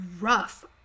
rough